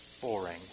boring